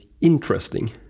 interesting